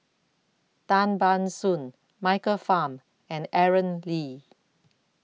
Tan Ban Soon Michael Fam and Aaron Lee